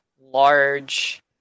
large